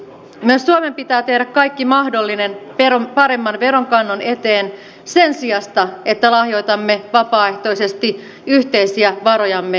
myös suomen pitää tehdä kaikki mahdollinen paremman veronkannon eteen sen sijasta että lahjoitamme vapaaehtoisesti yhteisiä varojamme veroparatiiseihin